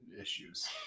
issues